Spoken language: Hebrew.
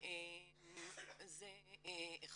זה אחד.